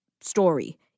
story